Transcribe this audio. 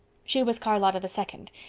she was charlotta the second,